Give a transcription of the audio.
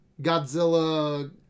Godzilla